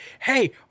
Hey